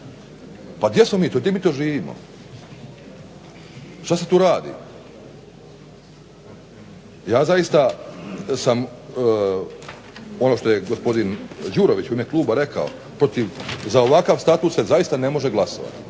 Pa gdje smo mi to? Gdje mi to živimo? Šta se tu radi? Ja zaista sam ono što je gospodin Đurović u ime kluba rekao protiv, za ovakav Statut se zaista ne može glasovati.